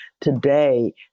today